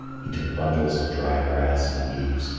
he took bundles of dry grass and leaves,